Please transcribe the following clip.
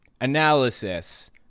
analysis